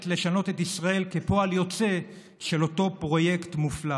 לשנות את ישראל כפועל יוצא של אותו פרויקט מופלא.